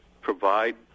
provide